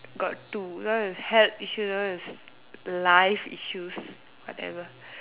got two that one is health issues that one is life issues whatever